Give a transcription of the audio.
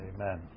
Amen